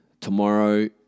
Tomorrow